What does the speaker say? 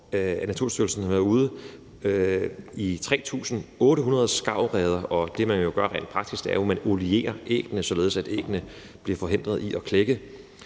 Naturstyrelsen sidste år været ude i 3.800 skarvreder. Det, man jo gøre rent praktisk, er, at man olierer æggene, således at æggene bliver forhindret i at klække.